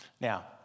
Now